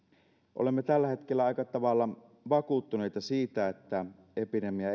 olemme tällä hetkellä aika tavalla vakuuttuneita siitä että epidemia